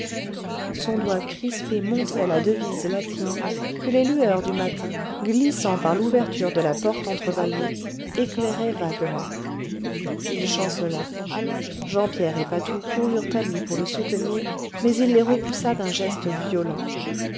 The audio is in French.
son doigt crispé montrait la devise latine que les lueurs du matin glissant par l'ouverture de la porte entre-bâillée éclairaient vaguement il chancela jean pierre et patou coururent à lui pour le soutenir mais il les repoussa d'un geste violent